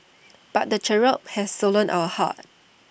but the cherub has stolen our hearts